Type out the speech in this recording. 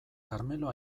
karmelo